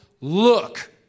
look